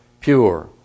pure